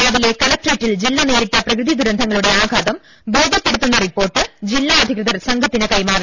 രാവിലെ കലക്ടറേറ്റിൽ ജില്ല നേരിട്ട പ്രകൃതി ദുരന്തങ്ങളുടെ ആഘാതം ബോധ്യപ്പെടുത്തുന്ന റിപ്പോർട്ട് ജില്ലാഅധികൃതർ സംഘത്തിന് കൈമാറി